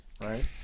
right